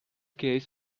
gaze